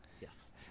yes